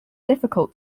difficult